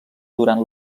durant